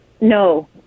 No